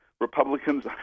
Republicans